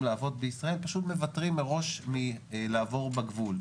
לעבוד בישראל פשוט מוותרים מראש מלעבור בגבול.